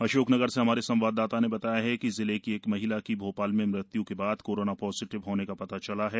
अशोकनगर से हमारे संवाददाता ने बताया है कि जिले की एक महिला की भोपाल में मृत्यू के बाद कोरोना पॉजिटिव होने का पता चला है